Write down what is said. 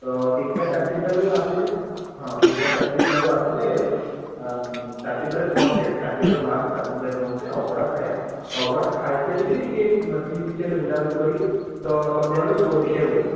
ତ ତିନିଟା ସାଢ଼େ ତିନିଟାରୁ ଆସିଲେ ହଁ ତିନିଟା ସାଢ଼େ ତିନିଟାରୁ ଆସିଲେ ଏ ସାଢ଼େ ତିନିଟାରେ ପହଞ୍ଚିବା ସାଢ଼େ ଦୁଇଟାରେ ବାହାରିଲେ ସାଢ଼େ ତିନିଟାରେ ପହଞ୍ଚିବା ଅବଢ଼ା ଖାଇବା ଅବଢ଼ା ଖାଇସାରିକି ଟିକିଏ ସି ବିଚ୍ ଆଡ଼େ ବୁଲାବୁଲି କରିକି ତ ସନ୍ଧ୍ୟା ବେଳକୁ ଶୋ ଦେଖିବାକୁ ବସିଯିବା